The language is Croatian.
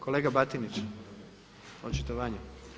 Kolega Batinić, očitovanje.